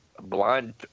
blind